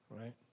right